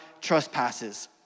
trespasses